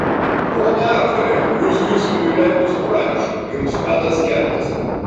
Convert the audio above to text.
ponia aktore jūsų įsūniui leidus pranešu jums metas keltis